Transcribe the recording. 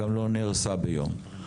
גם לא נהרסה ביום.